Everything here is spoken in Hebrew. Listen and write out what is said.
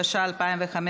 התשע"ה 2015,